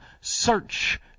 Search